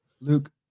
Luke